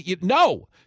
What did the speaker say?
No